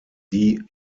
die